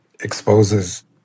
exposes